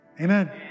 Amen